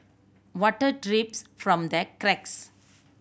water drips from the cracks